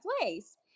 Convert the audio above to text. place